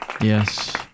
Yes